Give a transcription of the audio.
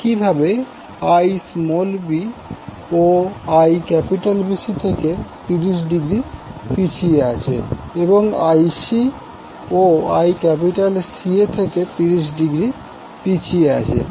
একইভাবে Ibও IBC থেকে 30০ পিছিয়ে আছে এবং Icও ICA থেকে 30০ পিছিয়ে আছে